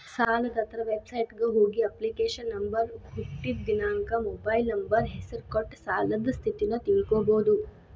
ಸಾಲದಾತರ ವೆಬಸೈಟ್ಗ ಹೋಗಿ ಅಪ್ಲಿಕೇಶನ್ ನಂಬರ್ ಹುಟ್ಟಿದ್ ದಿನಾಂಕ ಮೊಬೈಲ್ ನಂಬರ್ ಹೆಸರ ಕೊಟ್ಟ ಸಾಲದ್ ಸ್ಥಿತಿನ ತಿಳ್ಕೋಬೋದು